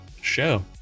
show